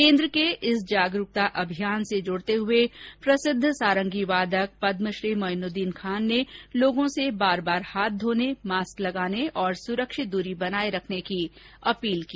केन्द्र के इस जागरूकता अभियान से जुडते हुए सारंगी वादक पद्म श्री मोइनुद्दीन खान ने लोगो से बार बार हाथ धोने मास्क लगाने और सुरक्षित दूरी बनाये रखने की अपील की